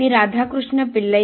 मी Radhakrishna Pillai